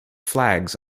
flags